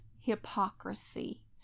hypocrisy